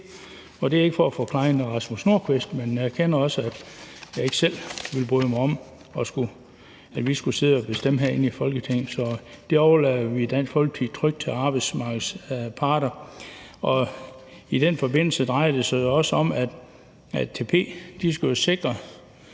det er ikke for at forklejne hr. Rasmus Nordqvist, men jeg erkender også, at jeg ikke selv ville bryde mig om, at vi skulle sidde og bestemme det herinde i Folketinget. Så det overlader vi i Dansk Folkeparti trygt til arbejdsmarkedets parter, og i den forbindelse drejer det sig jo også om, at ATP skal sikre